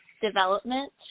development